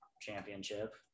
championship